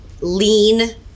lean